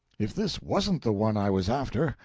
if this wasn't the one i was after,